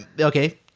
Okay